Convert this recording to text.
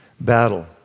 battle